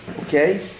okay